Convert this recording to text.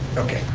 okay.